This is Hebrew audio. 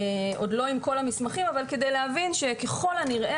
עוד לא עם כל המסמכים אבל כדי להבין שככל הנראה